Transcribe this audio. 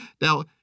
now